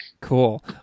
Cool